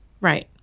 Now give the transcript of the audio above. Right